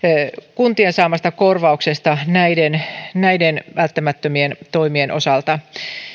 kuntien saamasta korvauksesta näiden näiden välttämättömien toimien osalta